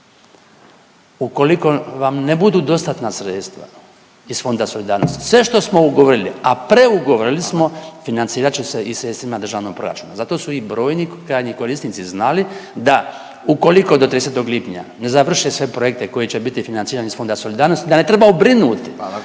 Ukoliko vam ne budu dostatna sredstva iz Fonda solidarnosti, sve što smo ugovorili, a preugovorili smo, financirat će se iz sredstvima državnog proračuna. Zato su i brojni krajnji korisnici znali da ukoliko do 30. lipnja ne završe sve projekte koji će biti financirani iz Fonda solidarnosti, da ne trebaju brinuti